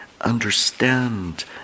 understand